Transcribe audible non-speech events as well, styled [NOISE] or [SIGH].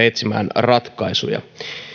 [UNINTELLIGIBLE] etsimään ratkaisuja